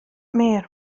mear